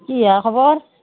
কিহে খবৰ